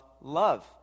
love